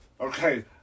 Okay